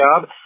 job